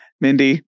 Mindy